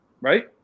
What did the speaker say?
Right